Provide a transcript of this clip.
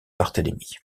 barthélemy